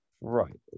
Right